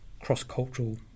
cross-cultural